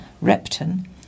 Repton